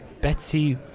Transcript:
Betsy